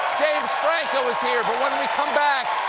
james franco is here! but when we come back,